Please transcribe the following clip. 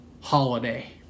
holiday